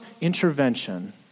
intervention